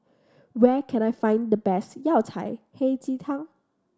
where can I find the best Yao Cai Hei Ji Tang